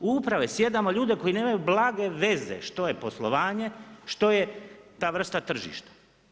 U uprave sjedamo ljude koji nemaju blage veze što je poslovanje, što je ta vrsta tržišta.